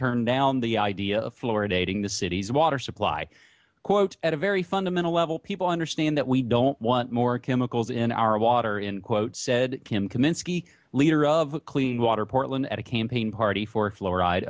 turned down the idea of florida aiding the city's water supply quote at a very fundamental level people understand that we don't want more chemicals in our water in quotes said kim kaminski leader of a clean water portland at a campaign party for fluoride